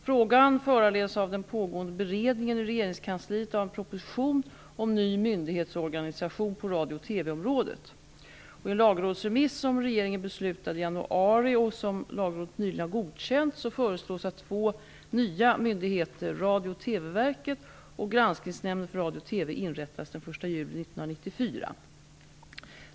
Frågan föranleds av den pågående beredningen i regeringskansliet av en proposition om ny myndighetsorganisation på radio och TV I en lagrådsremiss som regeringen beslutade om i januari och som Lagrådet nyligen har godkänt föreslås att två nya myndigheter -- Radio och TV TV -- inrättas den 1 juli 1994.